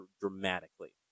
dramatically